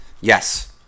Yes